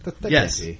Yes